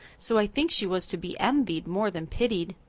so i think she was to be envied more than pitied.